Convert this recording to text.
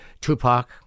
Tupac